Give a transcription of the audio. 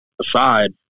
aside